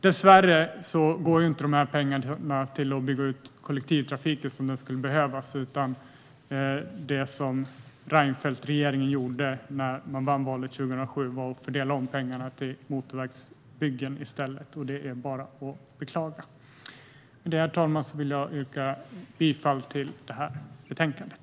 Dessvärre går inte dessa pengar till att bygga ut kollektivtrafiken på det sätt som skulle behövas. Det som Reinfeldtregeringen gjorde när man vann valet 2006 var att i stället fördela om pengarna till motorvägsbyggen. Det är bara att beklaga. Herr talman! Jag yrkar bifall till förslaget i betänkandet.